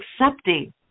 accepting